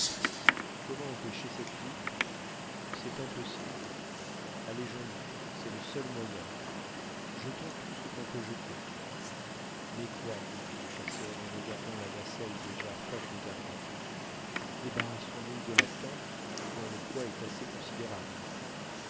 comment empêcher cette fuite c'est impossible allégeons nous cest le seul moyen jetons tout ce qu'on peut jeter mais quoi fit le chasseur en regardant la nacelle déjà fort dégarnie débarrassons nous de la tente dont le poids est assez considérable